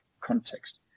context